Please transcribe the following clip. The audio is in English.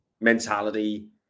mentality